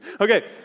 Okay